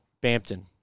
Bampton